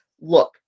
look